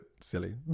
silly